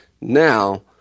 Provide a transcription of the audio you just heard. Now